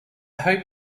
hope